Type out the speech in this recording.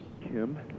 Kim